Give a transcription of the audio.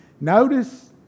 Notice